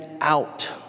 out